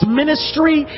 ministry